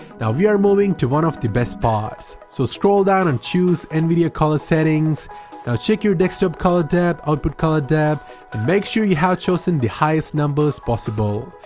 now we are moving to one of the best parts. so scroll down and choose use nvidia color settings. now check your desktop color depth, output color depth and make sure you have chosen the highest numbers possible.